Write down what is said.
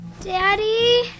Daddy